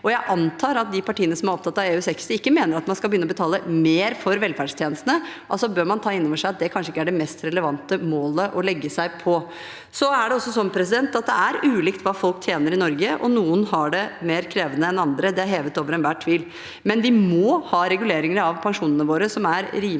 Jeg antar at de partiene som er opptatt av EU60, ikke mener at man skal begynne å betale mer for velferdstjenestene, altså bør man ta inn over seg at det kanskje ikke er det mest relevante målet å legge seg på. Det er også sånn at det er ulikt hva folk tjener i Norge, og noen har det mer krevende enn andre. Det er hevet over enhver tvil. Men vi må ha reguleringer av pensjonene våre som er rimelige,